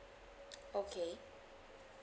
okay